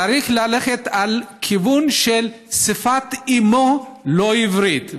צריך ללכת על כיוון של "שפת אימו לא עברית",